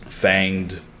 fanged